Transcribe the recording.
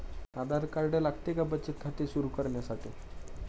आधार card लागते का बचत खाते सुरू करण्यासाठी?